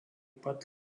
pat